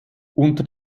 unter